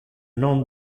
non